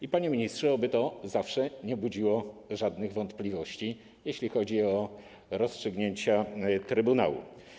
I panie ministrze, oby to nigdy nie budziło żadnych wątpliwości, jeśli chodzi o rozstrzygnięcia Trybunału.